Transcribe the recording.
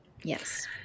yes